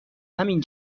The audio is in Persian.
همین